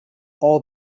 all